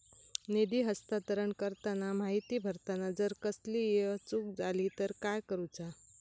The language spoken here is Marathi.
निधी हस्तांतरण करताना माहिती भरताना जर कसलीय चूक जाली तर काय करूचा?